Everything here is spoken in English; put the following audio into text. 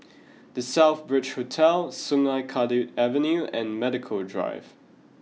The Southbridge Hotel Sungei Kadut Avenue and Medical Drive